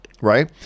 right